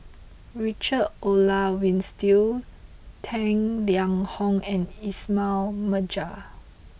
Richard Olaf Winstedt Tang Liang Hong and Ismail Marjan